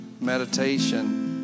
meditation